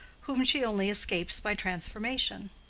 whom she only escapes by transformation.